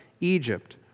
Egypt